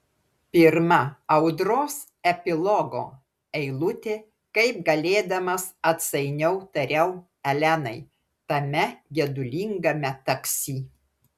pirma audros epilogo eilutė kaip galėdamas atsainiau tariau elenai tame gedulingame taksi